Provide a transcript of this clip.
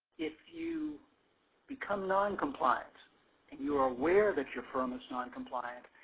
if you become non-compliant and you are aware that your firm is non-compliant,